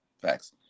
Facts